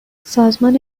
سازمان